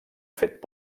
fet